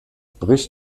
bricht